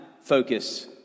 focus